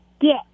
Yes